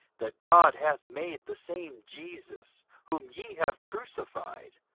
that god hath made the same jesus, whom ye have crucified,